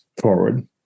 forward